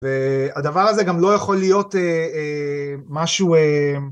והדבר הזה גם לא יכול להיות משהו